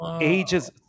ages